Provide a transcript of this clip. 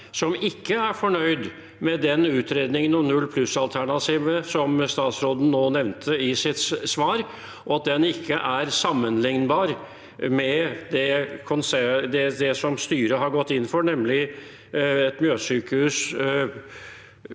som ikke er fornøyd med den utredningen og det null-pluss-alternativet som statsråden nå nevnte i sitt svar? De sier at det ikke er sammenlignbart med det som styret har gått inn for, nemlig Mjøssykehuset